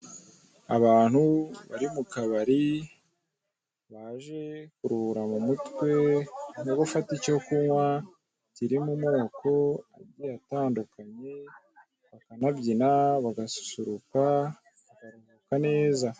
Abantu bari mu kabari, baje kuruhura mu mutwe no gufata icyo kunywa, kiri mu moko agiye atandukanye, bakanabyina, bagasusuruka, bakanaruhuka neza.